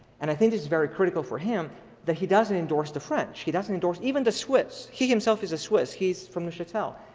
and i think it's very critical for him that he doesn't endorse the french, he doesn't endorse even the swiss, he himself is a swiss, he's from neuchatel.